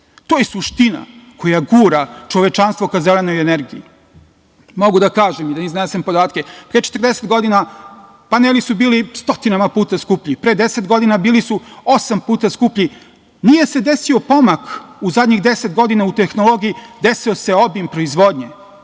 To je suština koja gura čovečanstvo ka zelenoj energiji. Mogu da kažem i da iznesem podatke, pre 40 godina, paneli su bili stotinama puta skuplji. Pre deset godina bili su osam puta skuplji. Nije se desio pomak u zadnjih deset godina puno u tehnologiji, desio se obim proizvodnje.